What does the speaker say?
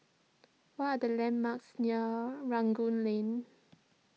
what are the landmarks near Rangoon Lane